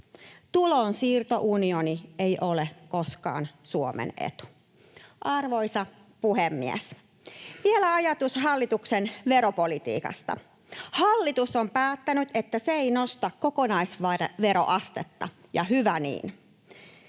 Tulonsiirtounioni ei ole koskaan Suomen etu. Arvoisa puhemies! Vielä ajatus hallituksen veropolitiikasta: Hallitus on päättänyt, että se ei nosta kokonaisveroastetta, ja hyvä niin.